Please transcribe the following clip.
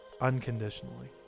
unconditionally